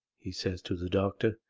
he says to the doctor,